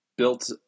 Built